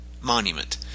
monument